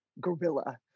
gorilla